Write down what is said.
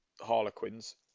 Harlequins